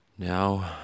Now